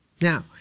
now